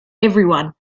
everyone